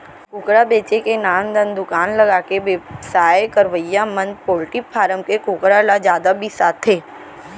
कुकरा बेचे के नान नान दुकान लगाके बेवसाय करवइया मन पोल्टी फारम के कुकरा ल जादा बिसाथें